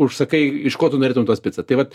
užsakai iš ko tu norėtum tos picą taip vat